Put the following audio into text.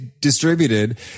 distributed